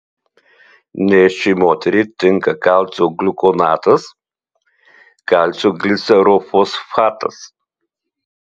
nėščiai moteriai tinka kalcio gliukonatas kalcio glicerofosfatas